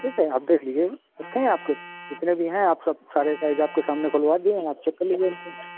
ठीक है आप देख लीजिएगा रखें आपके जितने भी हैं आप सब सारे साइज आपके सामने खुलवा दिए हैं आप चेक कर लीजिए इनको